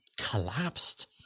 collapsed